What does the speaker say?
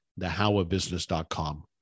thehowofbusiness.com